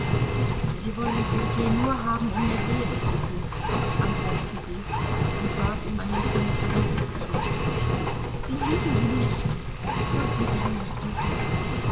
sie wollen sergei nur haben um mir wehe zu tun antwortete sie und warf ihm einen finsteren blick zu sie lieben ihn nicht lassen sie mir